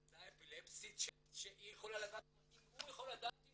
ילדה עם אפילפסיה שהיא יכולה לדעת --- אם הוא יכול לדעת אם